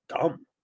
dumb